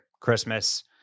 Christmas